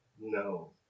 No